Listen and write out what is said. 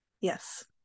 Yes